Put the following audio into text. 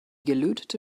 gelötete